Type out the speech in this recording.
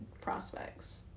prospects